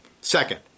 Second